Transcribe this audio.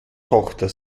tochter